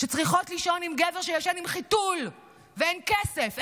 שצריכות לישון עם גבר שישן עם חיתול, ואין כסף.